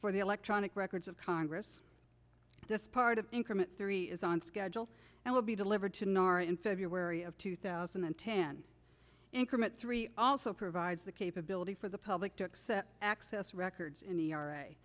for the electronic records of congress this part of increment three is on schedule and will be delivered to nara in february of two thousand and ten increment three also provides the capability for the public to accept access records